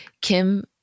Kim